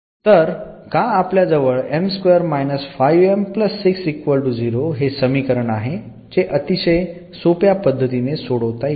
तर का आपल्या जवळ हे समीकरण आहे जे अतिशय सोप्या पद्धतीने सोडवता येते